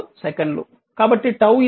5 సెకన్లు కాబట్టి 𝜏 0